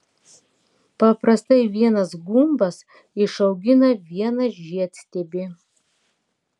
paprastai vienas gumbas išaugina vieną žiedstiebį